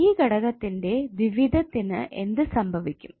ഈ ഘടകത്തിന്റെ ദ്വിവിധത്തിനു എന്ത് സംഭവിക്കും